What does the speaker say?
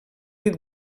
dit